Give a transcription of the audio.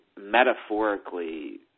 metaphorically